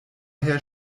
her